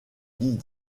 dit